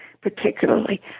particularly